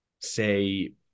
say